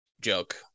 joke